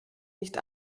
nicht